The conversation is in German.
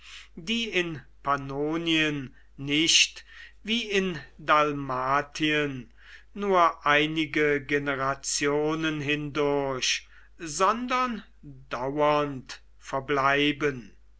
die in pannonien nicht wie in dalmatien nur einige generationen hindurch sondern dauernd verblieben